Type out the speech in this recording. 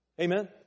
Amen